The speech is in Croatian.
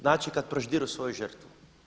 Znači kad proždiru svoju žrtvu.